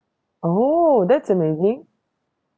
oh that's amazing